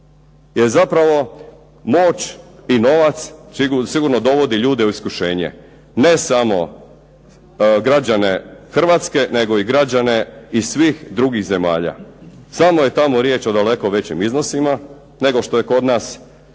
Jer zapravo moć i novac sigurno dovodi ljude u iskušenje. Ne samo građane Hrvatske, nego i građane iz svih drugih zemalja. Samo je tamo riječ o daleko većim iznosima nego što je kod nas